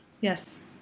Yes